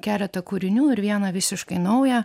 keletą kūrinių ir vieną visiškai naują